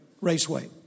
raceway